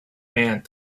band